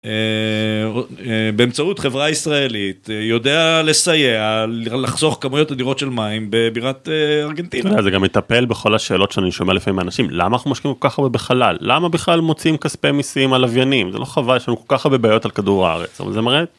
באמצעות חברה ישראלית, יודע לסייע לחסוך כמויות אדירות של מים בבירת ארגנטינה. זה גם מטפל בכל השאלות שאני שומע לפעמים אנשים: למה אנחנו משקיעים ככה בחלל? למה בכלל מוציאים כספי מיסים על לויינים? זה לא חבל, יש לנו כל כך הרבה בעיות על כדור הארץ. אבל זה מראה